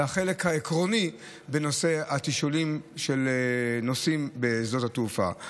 והחלק העקרוני בנושא התשאולים של נוסעים בשדות התעופה.